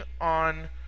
on